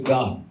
God